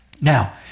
Now